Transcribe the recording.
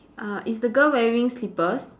uh is the girl wearing slippers